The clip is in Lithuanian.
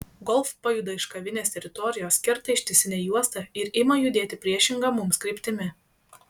golf pajuda iš kavinės teritorijos kerta ištisinę juostą ir ima judėti priešinga mums kryptimi